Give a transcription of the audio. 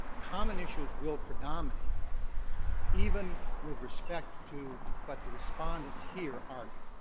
common issues will predominate even with respect to what the respondents here argue